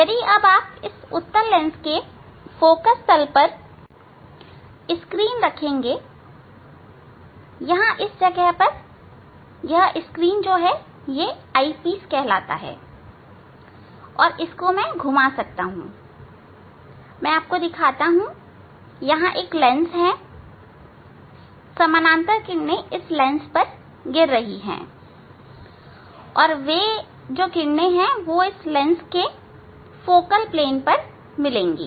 यदि अब आप इस उत्तल लेंस के फोकल तल पर स्क्रीन रखेंगे यहां इस जगह यह स्क्रीन यह आई पीस कहलाता है इसको मैं घुमा सकता हूं और आपको दिखाता हूं यहां एक लेंस है समानांतर किरणें इस लेंस पर गिर रही है और वे इस लेंस के फोकल तल मिलेंगी